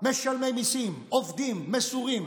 משלמי מיסים, עובדים מסורים,